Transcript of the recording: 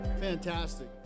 Fantastic